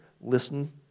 Listen